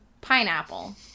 pineapple